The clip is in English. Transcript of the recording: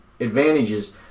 advantages